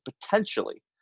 potentially